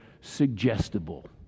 suggestible